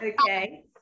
Okay